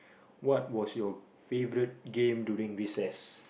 what was your favourite game during recess